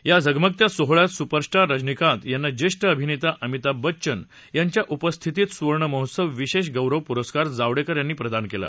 या झगमगत्या सोहळ्यात सुपरस्टार रजनीकांत यांना ज्येष्ठ अभिनेता अमिताभ बच्चन यांच्या उपस्थितीत सुवर्ण महोत्सव विशेष गौरव पुरस्कार जावडेकर यांनी प्रदान केला